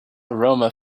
aroma